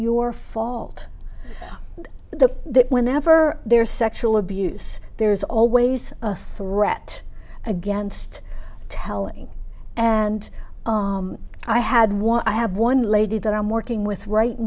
your fault the whenever there sexual abuse there's always a threat against telling and i had what i have one lady that i'm working with right